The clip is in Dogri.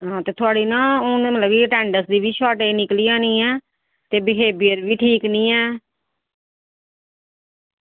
ते थुआढ़ी ना हून लग्गी अटेंडेस दी शार्टेज़ निकली जानी ऐ ते बिहेवियर बी ठीक निं ऐ